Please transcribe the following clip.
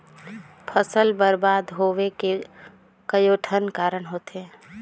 फसल बरबाद होवे के कयोठन कारण होथे